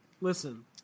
Listen